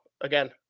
Again